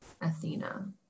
Athena